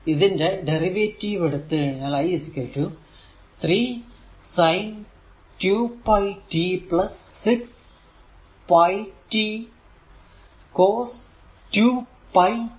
ഇതിന്റെ ഡെറിവേറ്റീവ് എടുത്താൽ i 3 sin 2 pi t 6 pi t cos 2π t